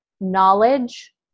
knowledge